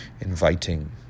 inviting